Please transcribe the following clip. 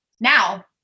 now